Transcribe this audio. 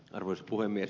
arvoisa puhemies